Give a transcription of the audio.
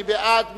מי בעד?